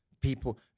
People